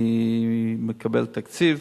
אני מקבל תקציב,